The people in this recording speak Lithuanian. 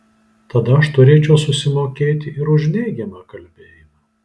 tada aš turėčiau susimokėti ir už neigiamą kalbėjimą